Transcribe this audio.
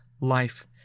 life